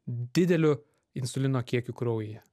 dideliu insulino kiekiu kraujyje